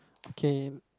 okay